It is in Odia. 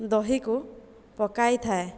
ଦହିକୁ ପକାଇଥାଏ